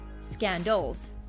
scandals